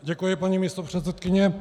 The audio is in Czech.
Děkuji, paní místopředsedkyně.